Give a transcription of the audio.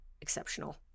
Exceptional